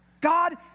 God